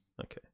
okay